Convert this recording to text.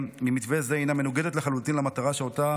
ממתווה זה מנוגדת לחלוטין למטרה שאותה